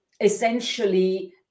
essentially